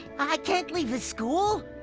i can't leave the school!